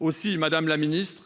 Aussi, madame la ministre,